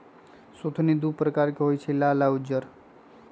सुथनि दू परकार के होई छै लाल आ उज्जर